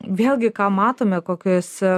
vėlgi ką matome kokius